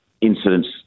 incidents